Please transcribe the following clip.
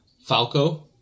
Falco